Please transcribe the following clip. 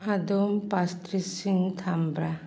ꯑꯗꯣꯝ ꯄꯥꯁꯇ꯭ꯔꯤꯁꯁꯤꯡ ꯊꯝꯕ꯭ꯔꯥ